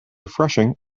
refreshing